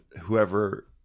whoever